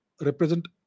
represent